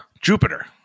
Jupiter